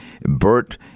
Bert